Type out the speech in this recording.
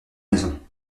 maison